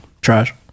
Trash